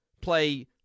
play